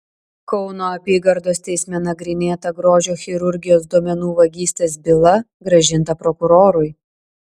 kauno apygardos teisme nagrinėta grožio chirurgijos duomenų vagystės byla grąžinta prokurorui